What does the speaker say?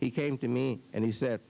he came to me and he said